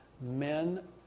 men